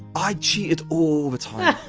i cheated all the time,